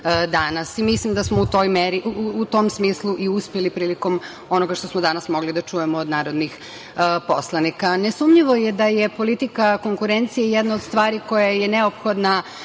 Mislim da smo u tom smislu i uspeli prilikom onoga što smo danas mogli da čujemo od narodnih poslanika. Nesumnjivo je da je politika konkurencije jedna od stvari koja je neophodna